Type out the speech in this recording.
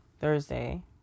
Thursday